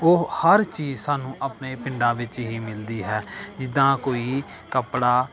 ਉਹ ਹਰ ਚੀਜ਼ ਸਾਨੂੰ ਆਪਣੇ ਪਿੰਡਾਂ ਵਿੱਚ ਹੀ ਮਿਲਦੀ ਹੈ ਜਿੱਦਾਂ ਕੋਈ ਕੱਪੜਾ